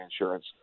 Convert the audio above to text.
insurance